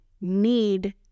need